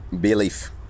belief